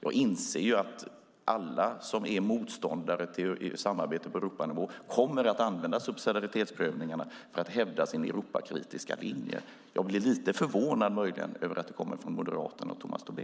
Jag inser att alla som är motståndare till samarbete på Europanivå kommer att använda subsidiaritetsprövningarna för att hävda sin Europakritiska linje. Jag blir möjligen lite förvånad över att det kommer från Moderaterna och Tomas Tobé.